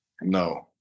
No